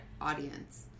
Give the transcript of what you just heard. audience